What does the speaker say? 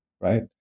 right